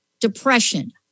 depression